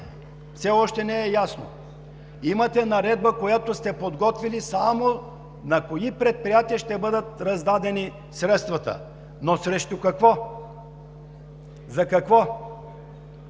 Все още не е ясно. Имате наредба, която сте подготвили, на кои предприятия ще бъдат раздадени средствата. Но срещу какво? За какво?